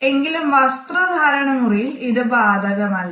എങ്കിലും വസ്ത്രധാരണ മുറിയിൽ ഇത് ബാധകമല്ല